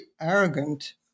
arrogant